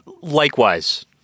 Likewise